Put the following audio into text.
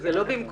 זה לא במקום.